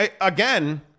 again